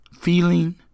feeling